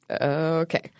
Okay